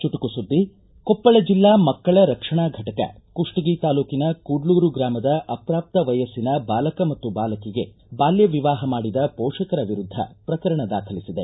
ಚುಟುಕು ಸುದ್ದಿ ಕೊಪ್ಪಳ ಜಿಲ್ಲಾ ಮಕ್ಕಳ ರಕ್ಷಣಾ ಘಟಕ ಕುಷ್ಷಗಿ ತಾಲೂಕಿನ ಕೂಡ್ಲೂರು ಗ್ರಾಮದ ಅಪ್ರಾಪ್ತ ವಯಸ್ಸಿನ ಬಾಲಕ ಮತ್ತು ಬಾಲಕಿಗೆ ಬಾಲ್ಯ ವಿವಾಹ ಮಾಡಿದ ಪೋಷಕರ ವಿರುದ್ಧ ಪ್ರಕರಣ ದಾಖಲಿಸಿದೆ